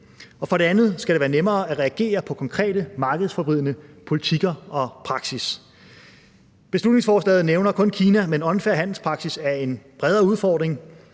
For det andet skal det være nemmere at reagere på konkrete markedsforvridende politikker og praksisser. Beslutningsforslaget nævner kun Kina, men unfair handelspraksis er en bredere udfordring.